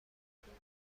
چنگتون